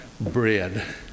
bread